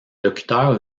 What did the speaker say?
locuteurs